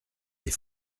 des